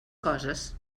coses